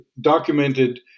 documented